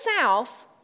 South